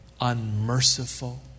unmerciful